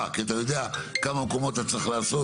כי אתה יודע בכמה מקומות אתה צריך לעשות,